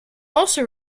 also